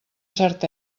cert